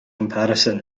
comparison